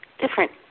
different